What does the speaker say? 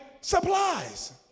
supplies